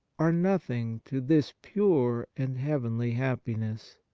are nothing to this pure and heavenly happiness,